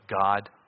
God